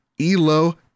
Elo